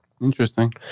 Interesting